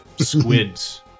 squids